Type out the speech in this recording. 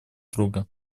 друга